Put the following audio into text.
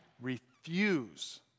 refuse